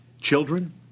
Children